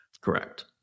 Correct